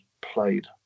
played